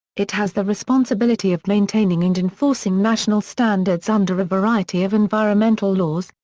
it has the responsibility of maintaining and enforcing national standards under a variety of environmental laws,